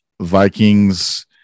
vikings